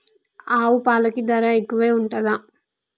ఆవు పాలకి ధర ఎక్కువే ఉంటదా?